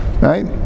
Right